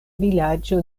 vilaĝo